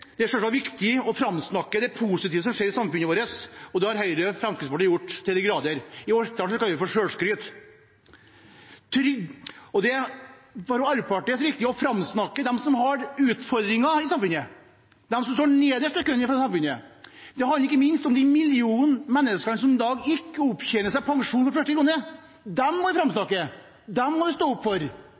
Det er selvsagt viktig å framsnakke det positive som skjer i samfunnet vårt, og det har Høyre og Fremskrittspartiet gjort til de grader. I Orkdal kaller vi det for sjølskryt. For Arbeiderpartiet er det viktig å framsnakke dem som har utfordringer i samfunnet, de som står bakerst i køen i samfunnet. Det handler ikke minst om den millionen mennesker som i dag ikke opptjener pensjon fra første krone. Dem må vi framsnakke. Dem må vi stå opp for.